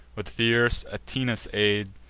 with fierce atinas' aid,